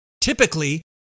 Typically